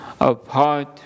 apart